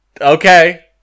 Okay